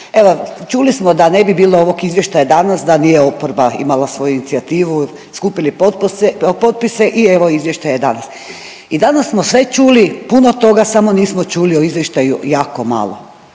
Evo, čuli smo da ne bi bilo ovog Izvještaja danas da nije oporba imala svoju inicijativu, skupili potpise i evo, Izvještaj je danas i danas smo sve čuli puno toga, samo nismo čuli o izvještaju jako malo.